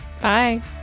bye